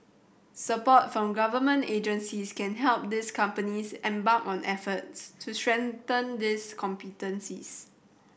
support from government agencies can help these companies embark on efforts to strengthen these competencies